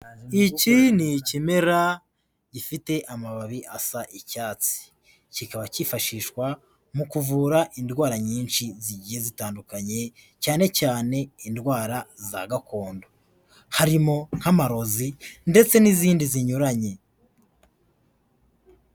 Iki ni ikimera gifite amababi asa icyatsi. Kikaba kifashishwa mu kuvura indwara nyinshi zigiye zitandukanye, cyane cyane indwara za gakondo. Harimo nk'amarozi ndetse n'izindi zinyuranye.